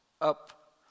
up